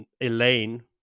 Elaine